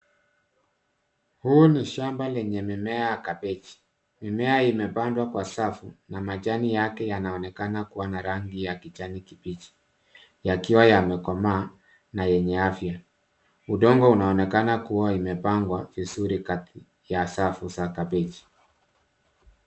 Huu ni shamba lenye mimea ya kabeji. Mimea imepandwa kwa safu na majani yake yanaonekana kuwa na rangi ya kijani kibichi yakiwa yamekomaa na yenye afya. Udongo unaonekana kuwa imepangwa vizuri kati ya safu za kabeji.